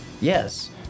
Yes